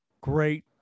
great